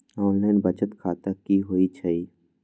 Online बचत खाता की होई छई?